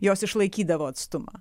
jos išlaikydavo atstumą